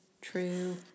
true